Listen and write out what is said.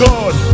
God